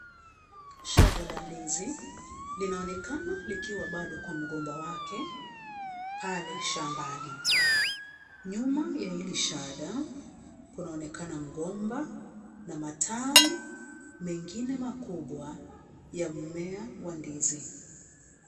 Shada la ndizi linaonekana likiwa bado kwa mgomba wake pale shambani, nyuma ya ile shada kunaonekana mgomba na matawi mengine makubwa ya mmea wa ndizi.